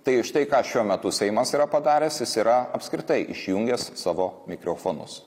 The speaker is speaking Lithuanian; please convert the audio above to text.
tai štai ką šiuo metu seimas yra padaręs jis yra apskritai išjungęs savo mikrofonus